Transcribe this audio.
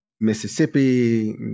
Mississippi